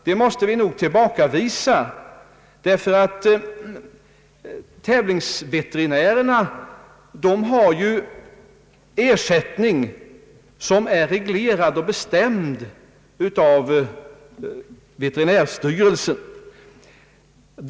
Detta måste vi nog tillbakavisa, ty tävlingsveterinärerna får ju en ersättning som är reglerad och bestämd av veterinärstyrelsen.